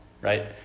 right